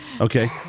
Okay